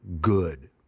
good